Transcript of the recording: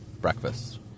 breakfast